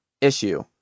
issue